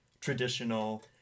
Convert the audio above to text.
traditional